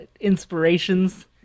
inspirations